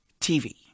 tv